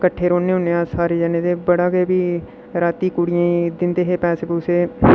किट्ठे रौंह्न्ने होन्ने अस सारे जनें ते बड़ा गै फ्ही रातीं कुड़ियें गी दिंदे हे पैसे पूसे